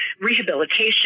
rehabilitation